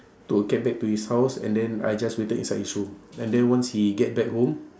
took a cab back to his house and then I just waited inside his room and then once he get back home